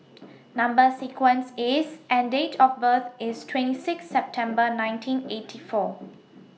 Number sequence IS and Date of birth IS twenty six September nineteen eighty four